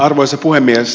arvoisa puhemies